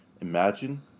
imagine